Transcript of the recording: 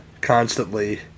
constantly